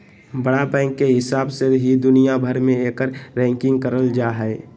बड़ा बैंक के हिसाब से ही दुनिया भर मे एकर रैंकिंग करल जा हय